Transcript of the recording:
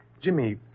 Jimmy